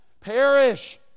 perish